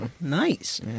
Nice